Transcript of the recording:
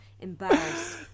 embarrassed